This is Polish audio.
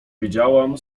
wiedziałam